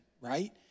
right